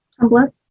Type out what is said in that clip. Tumblr